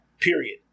period